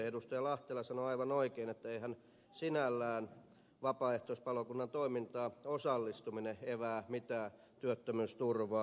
lahtela sanoi aivan oikein etteihän sinällään vapaaehtoispalokunnan toimintaan osallistuminen evää mitään työttömyysturvaa